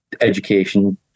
education